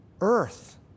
earth